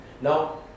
Now